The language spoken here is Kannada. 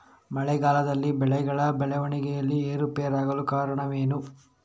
ಮಳೆಗಾಲದಲ್ಲಿ ಬೆಳೆಗಳ ಬೆಳವಣಿಗೆಯಲ್ಲಿ ಏರುಪೇರಾಗಲು ಕಾರಣವೇನು?